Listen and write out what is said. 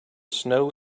snow